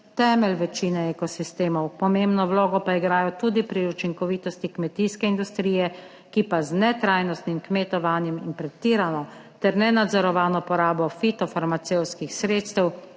temelj večine ekosistemov. Pomembno vlogo pa igrajo tudi pri učinkovitosti kmetijske industrije, ki pa z netrajnostnim kmetovanjem in pretirano ter nenadzorovano porabo fitofarmacevtskih sredstev